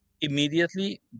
immediately